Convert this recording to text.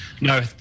No